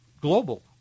global